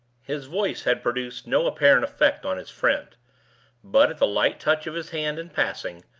his voice had produced no apparent effect on his friend but, at the light touch of his hand in passing,